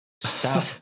Stop